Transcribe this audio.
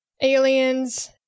aliens